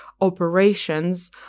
operations